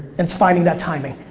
it's finding that timing.